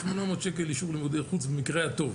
800 ש"ח אישור לימודי חוץ במקרה הטוב,